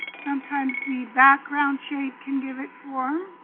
sometimes the background shape can give it form.